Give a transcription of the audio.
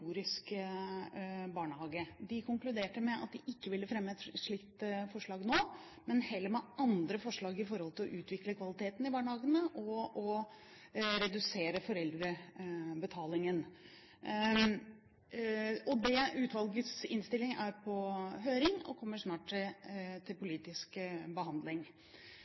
barnehage. De konkluderte med at de ikke ville fremme et slikt forslag nå, men heller komme med andre forslag for å utvikle kvaliteten i barnehagene og å redusere foreldrebetalingen. Utvalgets innstilling er på høring og kommer snart til politisk behandling.